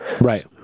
Right